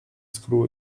screw